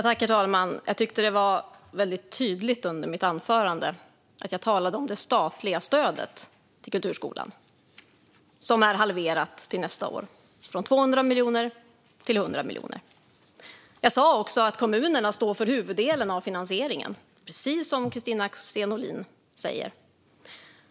Herr talman! Jag tyckte att det var tydligt att jag i mitt anförande talade om det statliga stödet till kulturskolan, som är halverat till nästa år från 200 miljoner till 100 miljoner. Jag sa också att kommunerna står för huvuddelen av finansieringen, precis som Kristina Axén Olin säger.